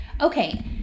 okay